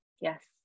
Yes